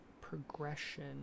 progression